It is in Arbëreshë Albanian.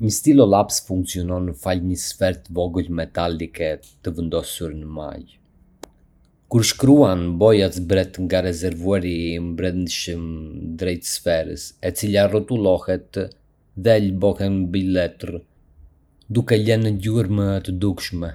Një stilolaps funksionon falë një sfere të vogël metalike të vendosur në majë. Kur shkruan, boja zbret nga rezervuari i brendshëm drejt sferës, e cila rrotullohet dhe lë bojën mbi letër, duke lënë një gjurmë të dukshme.